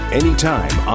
anytime